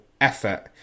effort